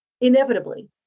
Inevitably